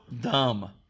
dumb